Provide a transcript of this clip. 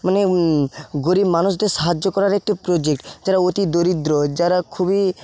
মানে গরিব মানুষদের সাহায্য করার একটি প্রোজেক্ট যারা অতি দরিদ্র যারা খুবই